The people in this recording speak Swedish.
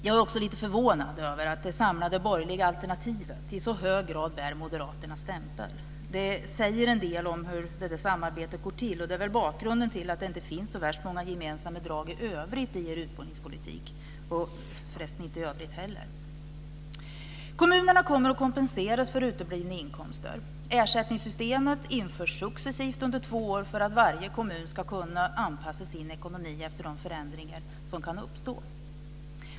Jag är också lite förvånad över att det samlade borgerliga alternativet i så hög grad bär moderaternas prägel. Det säger en hel del om hur det samarbetet går till, och det är väl bakgrunden till att det inte finns så många gemensamma drag i övrigt i er utbildningspolitik - och inte i övrigt heller. Kommunerna kommer att kompenseras för uteblivna inkomster. Ersättningssystemet införs successivt under två år för att varje kommun ska kunna anpassa sin ekonomi efter de förändringar som kan uppstå.